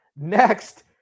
next